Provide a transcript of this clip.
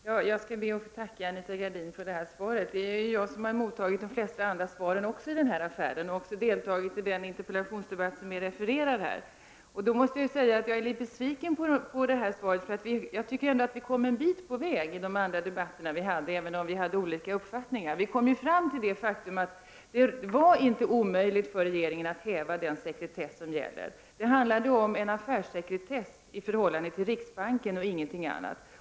Herr talman! Jag ber att få tacka Anita Gradin för svaret. Det är ju jag som har mottagit de flesta svar som givits när det gäller den här affären. Det är också jag som har deltagit i den interpellationsdebatt som här refereras till. Men jag måste säga att jag är litet besviken över svaret i dag. I de tidigare debatterna kom vi ändå en bit på vägen — även om vi hade olika uppfattningar. Vi kom ju fram till att det inte var omöjligt för regeringen att häva den sekretess som gäller. Det handlade om en affärssekretess i förhållande till riksbanken — ingenting annat.